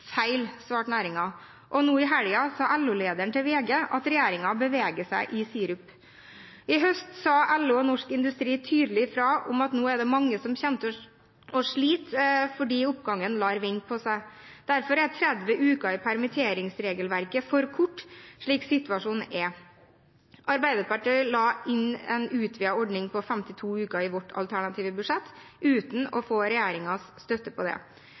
Feil, svarte næringen. Og nå i helgen sa LO-lederen til VG at regjeringen beveger seg i sirup. I høst sa LO og Norsk Industri tydelig fra om at nå er det mange som kommer til å slite fordi oppgangen lar vente på seg. Derfor er 30 uker i permitteringsregelverket for kort slik situasjonen er. Arbeiderpartiet la inn en utvidet ordning på 52 uker i sitt alternative budsjett, uten å få regjeringens støtte for det.